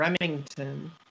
Remington